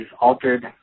altered